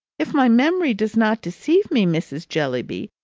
if my memory does not deceive me, mrs. jellyby,